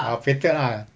ah fated lah